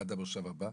עד המושב הבא,